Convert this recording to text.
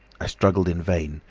i struggled in vain,